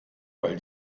weil